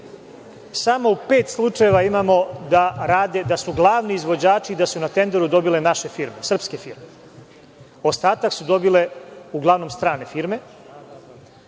samo u pet slučajeva imamo da rade, da su glavni izvođači i da su na tenderu dobile naše firme, srpske firme. Ostatak su dobile uglavnom strane firme.